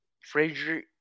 Frazier